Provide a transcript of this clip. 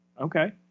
Okay